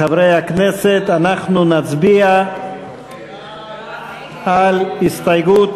חברי הכנסת, אנחנו נצביע על הסתייגות